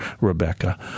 Rebecca